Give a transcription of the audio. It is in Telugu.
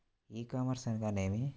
ఈ కామర్స్ అనగా నేమి?